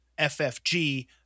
FFG